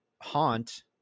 Haunt